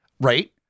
Right